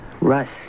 Russ